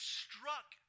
struck